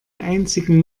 einzigen